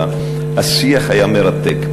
והשיח היה מרתק.